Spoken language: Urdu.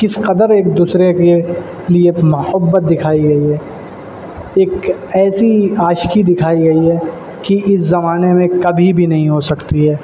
کس قدر ایک دوسرے کے لیے محبت دکھائی گئی ہے ایک ایسی عاشقی دکھائی گئی ہے کہ اس زمانے میں کبھی بھی نہیں ہو سکتی ہے